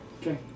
Okay